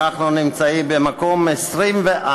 אנחנו נמצאים במקום 24